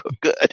Good